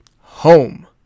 home